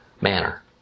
manner